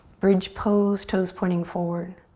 bridge pose, toes pointing forward.